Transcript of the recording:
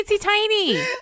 tiny